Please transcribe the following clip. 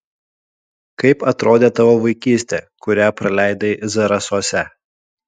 kaip atrodė tavo vaikystė kurią praleidai zarasuose